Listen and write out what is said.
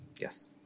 Yes